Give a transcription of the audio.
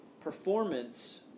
performance